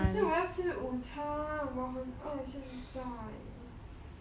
可是我要吃午餐我很饿现在